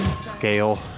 scale